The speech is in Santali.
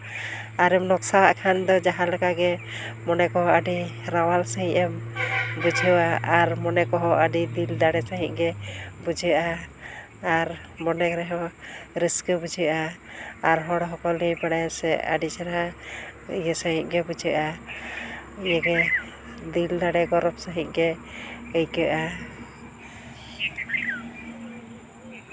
ᱟᱨᱮᱢ ᱱᱚᱠᱥᱟᱣᱟᱜ ᱠᱷᱟᱱ ᱫᱚ ᱡᱟᱦᱟᱸᱞᱮᱠᱟ ᱜᱮ ᱢᱚᱱᱮ ᱠᱚᱦᱚᱸ ᱟᱹᱰᱤ ᱨᱟᱣᱟᱞ ᱥᱟᱺᱦᱤᱡ ᱮᱢ ᱵᱩᱡᱷᱟᱹᱣᱟ ᱟᱨ ᱢᱚᱱᱮ ᱠᱚᱦᱚᱸ ᱟᱹᱰᱤ ᱫᱤᱞ ᱫᱟᱲᱮ ᱥᱟᱺᱦᱤᱡ ᱜᱮ ᱵᱩᱡᱷᱟᱹᱜᱼᱟ ᱟᱨ ᱢᱚᱱᱮ ᱨᱮᱦᱚᱸ ᱨᱟᱹᱥᱠᱟᱹ ᱵᱩᱡᱷᱟᱹᱜᱼᱟ ᱟᱨ ᱦᱚᱲ ᱦᱚᱸᱠᱚ ᱞᱟᱹᱭ ᱵᱟᱲᱟᱭᱟ ᱥᱮ ᱟᱹᱰᱤ ᱪᱮᱨᱦᱟ ᱤᱭᱟᱹ ᱥᱟᱺᱦᱤᱡᱜᱮ ᱵᱩᱡᱷᱟᱹᱜᱼᱟ ᱤᱭᱟᱹᱜᱮ ᱫᱤᱞ ᱫᱟᱲᱮ ᱜᱚᱨᱚᱵᱽ ᱥᱟᱺᱦᱤᱡᱜᱮ ᱟᱹᱭᱠᱟᱹᱜᱼᱟ